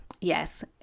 yes